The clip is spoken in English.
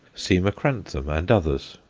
c. macranthum, and others.